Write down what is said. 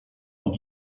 und